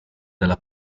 della